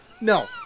No